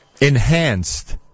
enhanced